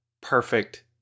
perfect